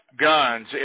guns